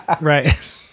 Right